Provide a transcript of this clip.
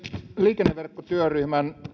liikenneverkkotyöryhmän